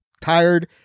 tired